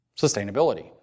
Sustainability